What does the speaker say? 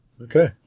Okay